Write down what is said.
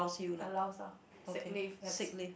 allows lah sick leave yes